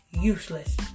useless